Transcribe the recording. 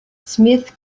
smith